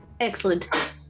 Excellent